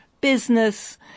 business